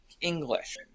english